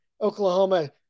Oklahoma